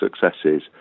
successes